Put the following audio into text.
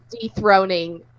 dethroning